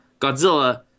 Godzilla